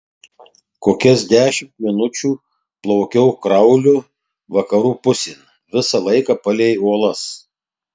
kokias dešimt minučių plaukiau krauliu vakarų pusėn visą laiką palei uolas